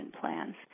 plans